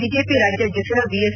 BJP ರಾಜ್ಯಾಧ್ಯಕ್ಷ BS